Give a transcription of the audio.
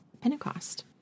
Pentecost